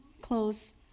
close